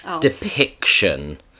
depiction